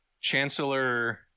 chancellor